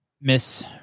Miss